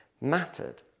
mattered